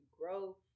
grow